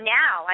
now